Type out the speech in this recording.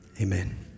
Amen